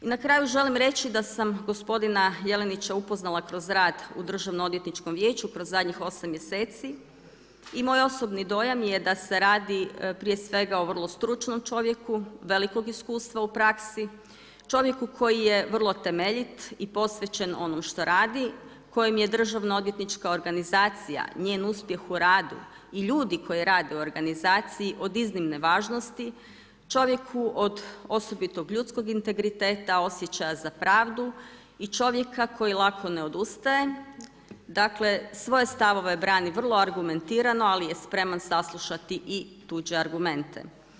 I na kraju želim reći da sam gospodina Jelinića upoznala kroz rad u Državno odvjetničkom vijeću kroz zadnjih 8 mjeseci i moj osobni dojam je da se radi prije svega o vrlo stručnom čovjeku velikog iskustva u praksi, čovjeku koji je vrlo temeljit i posvećen onom što radi, kojem je državno odvjetnička organizacija njen uspjeh u radu i ljudi koji rade u organizaciji od iznimne važnosti čovjeku od osobitog ljudskog integriteta, osjećaja za pravdu i čovjeka koji lako ne odustaje, dakle svoje stavove brani vrlo argumentirano, ali je spreman saslušati i tuđe argumente.